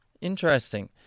Interesting